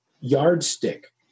yardstick